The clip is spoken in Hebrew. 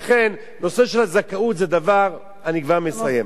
לכן, נושא הזכאות זה דבר, אני כבר מסיים.